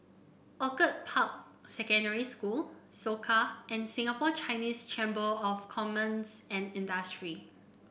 Orchid Park Secondary School Soka and Singapore Chinese Chamber of Commerce and Industry